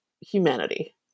humanity